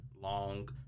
long